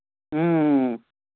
اۭں اۭں